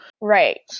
Right